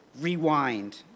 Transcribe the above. rewind